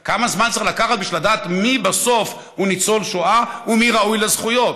אבל כמה זמן צריך לקחת לדעת מי בסוף הוא ניצול שואה ומי ראוי לזכויות?